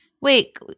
Wait